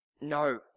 No